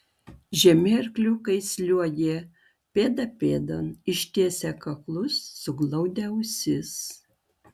žemi arkliukai sliuogė pėda pėdon ištiesę kaklus suglaudę ausis